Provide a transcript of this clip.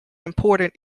important